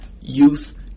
youth